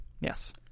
Yes